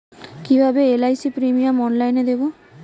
কিভাবে LIC premium অনলাইনে দেবো?